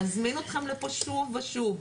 להזמין אתכם לפה שוב ושוב,